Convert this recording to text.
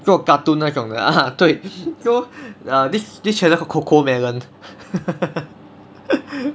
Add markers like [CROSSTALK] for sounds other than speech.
做 cartoon 那种的 ah 对 so ya this this channel Cocomelon [LAUGHS]